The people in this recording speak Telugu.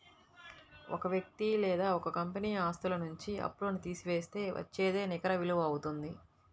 ఒక వ్యక్తి లేదా ఒక కంపెనీ ఆస్తుల నుంచి అప్పులను తీసివేస్తే వచ్చేదే నికర విలువ అవుతుంది